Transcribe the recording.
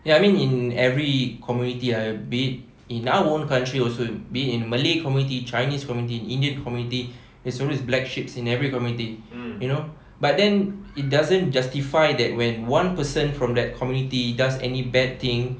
ya I mean in every community ah be it in our own country also be it in malay community chinese community indian community there's always black sheep in every community you know but then it doesn't justify that when one person from that community does any bad thing